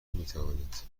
نمیتوانید